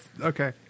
Okay